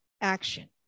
action